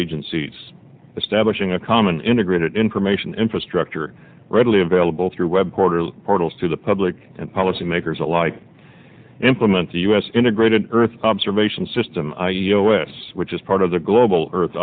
agencies establishing a common integrated information infrastructure readily available through web quarterly portals to the public and policy makers alike implement the u s integrated earth observation system u s which is part of the global earth